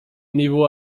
niveau